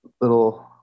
Little